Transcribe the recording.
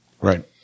Right